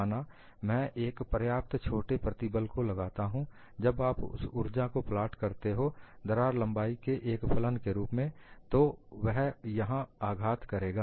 माना मैं एक पर्याप्त छोटी प्रतिबल को लगाता हूं जब आप उस उर्जा को प्लाट करते हो दरार लंबाई के एक फलन के रूप में तो वह यहां आघात करेगा